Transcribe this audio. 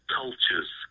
cultures